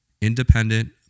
independent